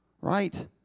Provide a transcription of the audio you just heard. Right